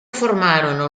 formarono